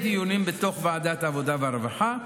על זה יהיו דיונים בתוך ועדת העבודה והרווחה,